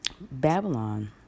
babylon